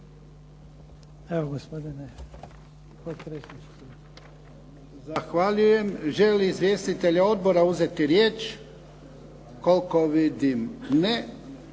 Zahvaljujem. Žele li izvjestitelji odbora uzeti riječ? Koliko vidim ne.